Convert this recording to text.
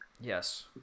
Yes